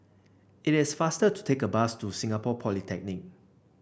it is faster to take a bus to Singapore Polytechnic